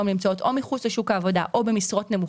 משרד האוצר,